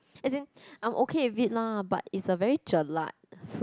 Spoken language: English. as in I'm okay with it lah but it's a very jelak fruit